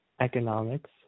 economics